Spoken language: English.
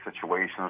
situations